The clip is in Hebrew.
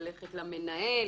ללכת למנהל,